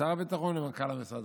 הביטחון למנכ"ל המשרד.